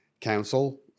council